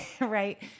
right